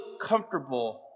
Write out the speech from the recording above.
comfortable